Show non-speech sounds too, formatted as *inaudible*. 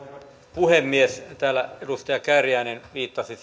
puhemies täällä edustaja kääriäinen viittasi *unintelligible*